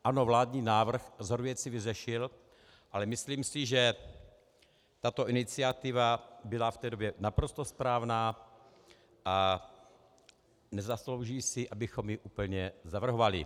Ano, vládní návrh řadu věcí vyřešil, ale myslím si, že tato iniciativa byla v té době naprosto správná a nezaslouží si, abychom ji úplně zavrhovali.